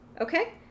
okay